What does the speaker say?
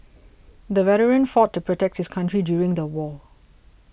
the veteran fought to protect his country during the war